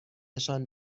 نشان